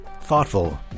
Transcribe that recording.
thoughtful